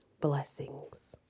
blessings